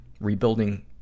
rebuilding